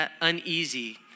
uneasy